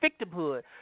victimhood